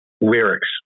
lyrics